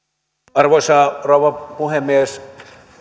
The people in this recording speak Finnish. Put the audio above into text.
arvoisa rouva puhemies